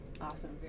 Awesome